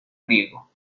griego